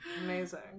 Amazing